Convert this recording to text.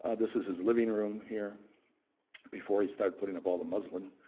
ah this is his living room here before he start putting up all the muslin.